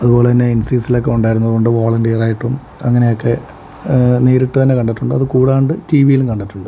അതുപോലെത്തന്നെ എൻ സി സിയിലൊക്കെ ഉണ്ടായിരുന്നതുകൊണ്ട് വോളണ്ടിയറായിട്ടും അങ്ങനെയൊക്കെ നേരിട്ട് തന്നെ കണ്ടിട്ടുണ്ട് അത് കൂടാണ്ട് ടി വിയിലും കണ്ടിട്ടുണ്ട്